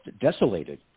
desolated